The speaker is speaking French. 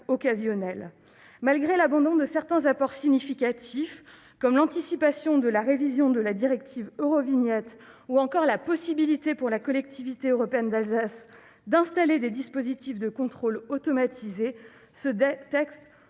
occasionnels. Malgré l'abandon de certains apports significatifs, comme l'anticipation de la révision de la directive Eurovignette ou encore la possibilité pour la Collectivité européenne d'Alsace d'installer des dispositifs de contrôle automatisés, ce texte